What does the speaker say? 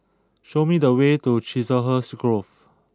show me the way to Chiselhurst Grove